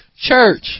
church